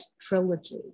trilogy